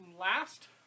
last